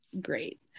great